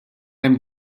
hemm